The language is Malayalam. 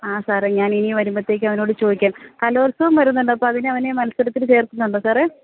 ആ സാറെ ഞാനിനി വരുമ്പോഴത്തേക്കും അവനോട് ചോദിക്കാം കലോത്സവം വരുന്നുണ്ട് അപ്പോൾ അതിന് അവനെ മത്സരത്തിൽ ചേർക്കുന്നുണ്ടോ സാറേ